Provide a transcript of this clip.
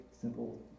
simple